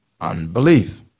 unbelief